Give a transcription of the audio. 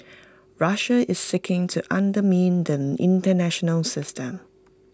Russia is seeking to undermine the International system